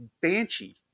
Banshee